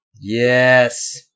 Yes